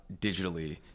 digitally